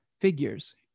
figures